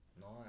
Nice